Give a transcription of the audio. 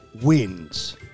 wins